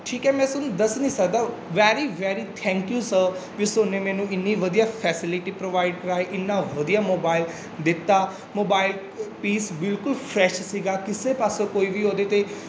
ਠੀਕ ਹੈ ਮੈਂ ਤੁਹਾਨੂੰ ਦੱਸ ਨਹੀਂ ਸਕਦਾ very very thank you sir ਵੀ ਸੋਨੇ ਮੈਨੂੰ ਇੰਨੀ ਵਧੀਆ ਫੈਸਲਿਟੀ ਪ੍ਰੋਵਾਈਡ ਕਰਵਾਈ ਇੰਨਾ ਵਧੀਆ ਮੋਬਾਇਲ ਦਿੱਤਾ ਮੋਬਾਈਲ ਪੀਸ ਬਿਲਕੁਲ ਫਰੈਸ਼ ਸੀਗਾ ਕਿਸੇ ਪਾਸਿਓਂ ਕੋਈ ਵੀ ਉਹਦੇ 'ਤੇ